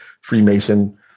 Freemason